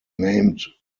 named